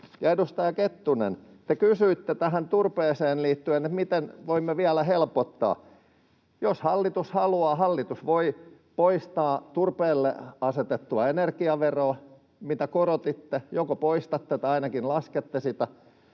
Edustaja Kettunen, te kysyitte turpeeseen liittyen, miten voimme vielä helpottaa: Jos hallitus haluaa, hallitus voi poistaa turpeelle asetettua energiaveroa, jota korotitte — joko poistatte tai ainakin laskette sitä.